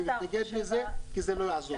אני מתנגד לזה כי זה לא יעזור.